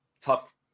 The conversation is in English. tough